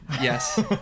Yes